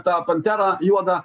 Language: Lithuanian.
tą panterą juodą